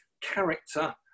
character